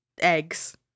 eggs